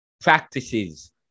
practices